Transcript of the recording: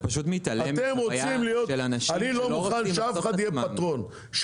אתה פשוט מתעלם מהאנשים שלא רוצים לחשוף את עצמם.